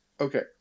Okay